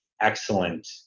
excellent